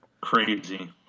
Crazy